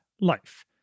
life